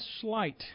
slight